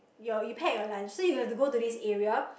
your you pack your lunch so you have to go to this area